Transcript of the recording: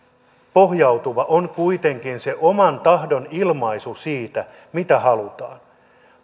pohjautuva on kuitenkin se oman tahdon ilmaisu siitä mitä halutaan